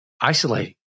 isolating